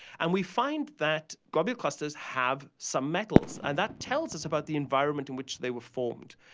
and we find that globular clusters have some metals. and that tells us about the environment in which they were formed.